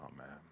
Amen